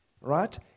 right